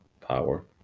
power